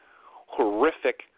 horrific